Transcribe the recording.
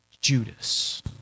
Judas